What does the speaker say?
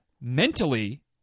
mentally